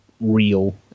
real